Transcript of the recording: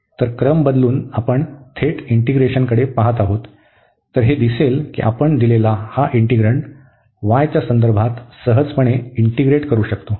तर क्रम बदलून आपण थेट इंटीग्रेशनकडे पहात आहोत तर हे दिसेल की आपण दिलेला हा इंटिग्रण्ड y च्या संदर्भात सहजपणे इंटीग्रेट करू शकतो